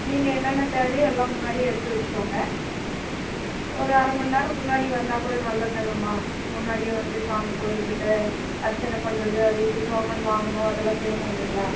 நீங்கள் என்னென்ன தேவையோ எல்லாம் முன்னாடியே எடுத்து வைச்சிக்கோங்க ஒரு அரமணி நேரம் முன்னாடி வந்தாக்கூட நல்லது தானேம்மா முன்னாடியே வந்து சாமி கோவில்கிட்ட அர்ச்சனை பண்ணுறது அது இது டோக்கன் வாங்கணும் அதெல்லாம் செய்யணும் இல்லைங்களா